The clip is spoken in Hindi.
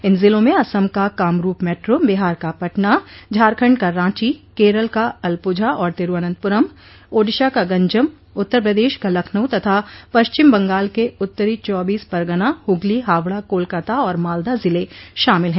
इन जिलों में असम का कामरूप मैट्रो बिहार का पटना झारखण्ड का रांची केरल का अलपुझा और तिरूवनंतपुरम ओडिशा का गंजम उत्तर प्रदेश लखनऊ तथा पश्चिम बंगाल के उत्तरी चौबीस परगना हुगली हावडा कोलकाता और मालदा जिले शामिल हैं